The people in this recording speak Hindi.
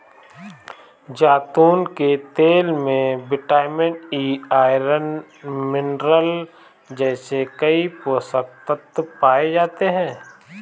जैतून के तेल में विटामिन ई, आयरन, मिनरल जैसे कई पोषक तत्व पाए जाते हैं